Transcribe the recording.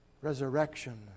resurrection